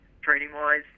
training-wise